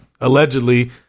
allegedly